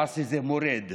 עאסי זה מורד.